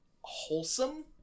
wholesome